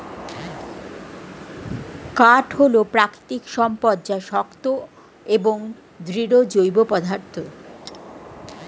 কাঠ হল প্রাকৃতিক সম্পদ যা শক্ত এবং দৃঢ় জৈব পদার্থ